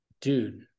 dude